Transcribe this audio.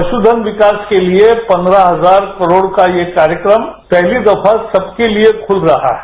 पशुघन विकास के लिए पंद्रहहजार करोड़ का यह कार्यक्रम पहली दफा सबके लिए खुल रहा है